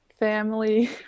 Family